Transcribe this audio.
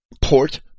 Port